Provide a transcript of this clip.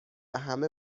همه